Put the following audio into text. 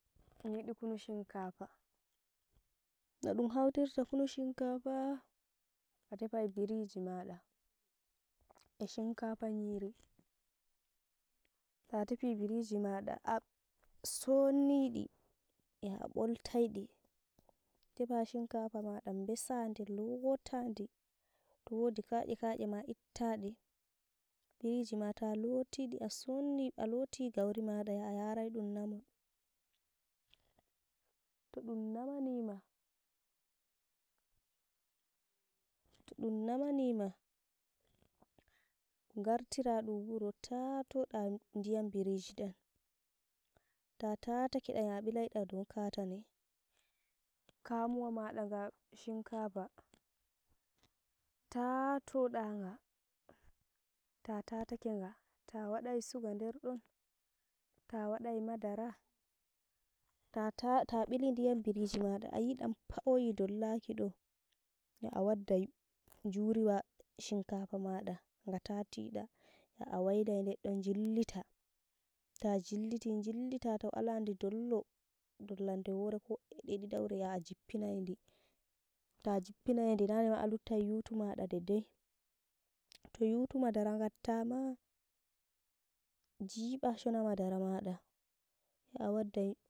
Miyidu kunu shinkafa, nodun hautiri kunu shinkafa a tefai biriji maɗa, e shinkafa nyiri ta tefi biriji maɗa ap somnidi, yo a boltai ɗi tefa shinkafa mada nbesa di lootdadi, towodi kanye kanye ma ittade, biriji ma ta lotidi a somni a loti gauri yo a yarai ɗum namol. Toɗum namani ma, to ɗum namani ma gartira ɗum wuro, taa to da n- ndiyam biriji dam, ta tatake dan yo a bilai dam ɗow katane kamuwa maɗa nga shinkafa, taato ndaga, ta tatakega ta wadai suga nder don, to wadai madara, to ta ta bili ndiyam biriji maɗa yi dam pa'oyi dollaki do, yo a waddai njuriwa shinkafa maɗa nga tatida, yo a wailai nder don jillita, tajilliti jillita taw aladi dollo dollande, ko e didaure yo a jippinaidi, ta jippinaidi nanema a luttai yutu maɗa de dai, to yutu madara ngatta ma, njiba shona madara maɗa yo a waddai.